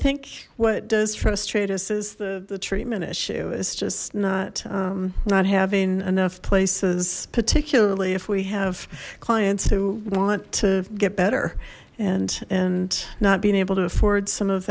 think what does frustrate us is the the treatment issue is just not not having enough places particularly if we have clients who want to get better and and not being able to afford some of